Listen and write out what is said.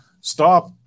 stop